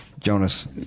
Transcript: Jonas